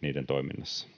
niiden toiminnassa.